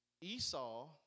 Esau